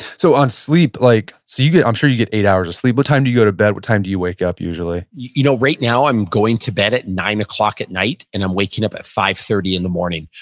so on sleep, like so you get, i'm sure you get eight hours of sleep. what time do you go to bed? what time do you wake up usually? you know right now i'm going to bed at nine o'clock at night and i'm waking up at five thirty in the morning.